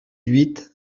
huit